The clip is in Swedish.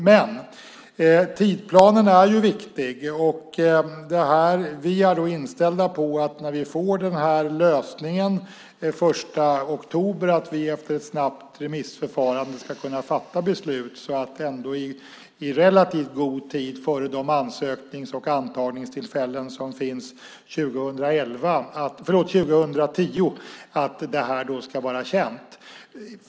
Men tidsplanen är viktig och vi är inställda på att vi när vi får den här lösningen den 1 oktober efter ett snabbt remissförfarande ska kunna fatta beslut så att det här ska vara känt i relativt god tid före de ansöknings och antagningstillfällen som finns 2010.